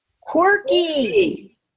Quirky